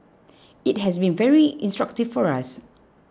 it has been very instructive for us